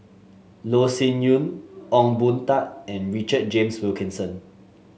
Loh Sin Yun Ong Boon Tat and Richard James Wilkinson